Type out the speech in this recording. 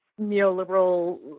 neoliberal